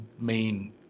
main